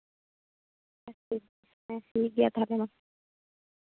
ᱦᱮᱸ ᱴᱷᱤᱠ ᱜᱮᱭᱟ ᱛᱟᱦᱚᱞᱮ ᱢᱟ